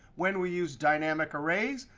when we use dynamic arrays,